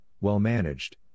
well-managed